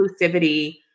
inclusivity